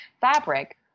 fabric